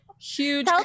huge